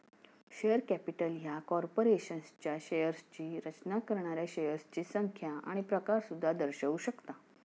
share capital ह्या कॉर्पोरेशनच्या शेअर्सची रचना करणाऱ्या शेअर्सची संख्या आणि प्रकार सुद्धा दर्शवू शकता